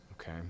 okay